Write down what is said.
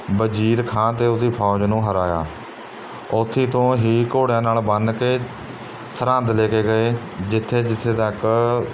ਵਜ਼ੀਰ ਖਾਂ ਅਤੇ ਉਹਦੀ ਫੌਜ ਨੂੰ ਹਰਾਇਆ ਉੱਥੇ ਤੋਂ ਹੀ ਘੋੜਿਆਂ ਨਾਲ਼ ਬੰਨ੍ਹ ਕੇ ਸਰਹੰਦ ਲੈ ਕੇ ਗਏ ਜਿੱਥੇ ਜਿੱਥੇ ਤੱਕ